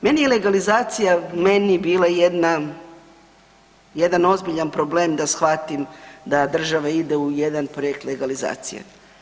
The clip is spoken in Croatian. Meni je legalizacija meni bila jedan ozbiljan problem da shvatim da država ide u jedan projekt legalizacije.